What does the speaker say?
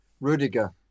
Rudiger